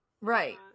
Right